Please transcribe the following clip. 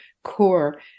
core